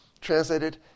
Translated